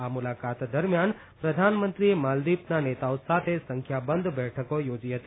આ મુલાકાત દરમિયાન પ્રધાનમંત્રીએ માલદિવના નેતાઓ સાથે સંખ્યાબંધ બેઠકો યોજી હતી